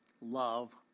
Love